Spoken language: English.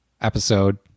episode